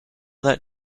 that